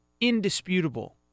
indisputable